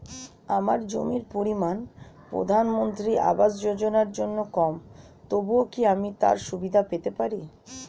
আমার জমির পরিমাণ প্রধানমন্ত্রী আবাস যোজনার জন্য কম তবুও কি আমি তার সুবিধা পেতে পারি?